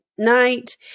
night